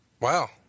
Wow